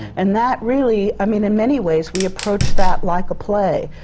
and that really, i mean, in many ways, we approached that like a play.